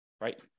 right